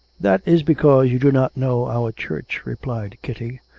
that is because you do not know our church replied kitty,